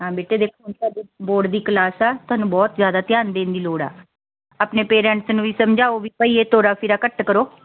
ਹਾਂ ਬੇਟੇ ਦੇਖੋ ਤੁਹਾਡੀ ਬੋਰਡ ਦੀ ਕਲਾਸ ਆ ਤੁਹਾਨੂੰ ਬਹੁਤ ਜ਼ਿਆਦਾ ਧਿਆਨ ਦੇਣ ਦੀ ਲੋੜ ਆ ਆਪਣੇ ਪੇਰੈਂਟਸ ਨੂੰ ਵੀ ਸਮਝਾਓ ਵੀ ਭਾਈ ਇਹ ਤੋਰਾ ਫੇਰਾ ਘੱਟ ਕਰੋ